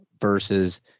versus